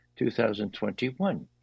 2021